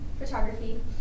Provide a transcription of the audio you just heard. photography